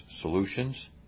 solutions